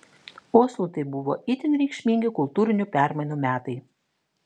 oslui tai buvo itin reikšmingi kultūrinių permainų metai